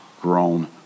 grown